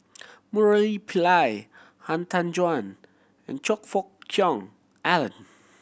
Murali Pillai Han Tan Juan and Choe Fook Cheong Alan